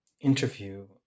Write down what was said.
interview